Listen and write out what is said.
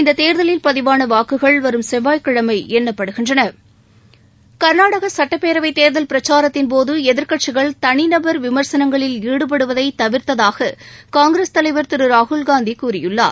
இந்த தேர்தலில் பதிவான வாக்குகள் வரும் செவ்வாய்கிழமை எண்ணப்படுகின்றன கர்நாடக சட்டப்பேரவை தேர்தல் பிரச்சாரத்தின் போது எதிர்க்கட்சிகள் தனிநபர் விமர்சனங்களில் ஈடுபடுவதை தவிர்த்தாக காங்கிரஸ் தலைவர் திரு ராகுல்காந்தி கூறியுள்ளார்